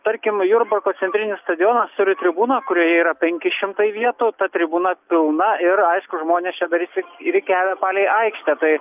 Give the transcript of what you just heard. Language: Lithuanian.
tarkim jurbarko centrinis stadionas ir tribūna kurioje yra penki šimtai vietų ta tribūna pilna ir aišku žmonės čia dar išsirikiavę palei aikštę tai